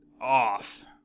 off